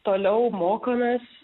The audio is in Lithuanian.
toliau mokomės